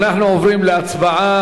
אנחנו עוברים להצבעה.